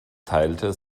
teilte